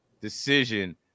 decision